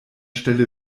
stelle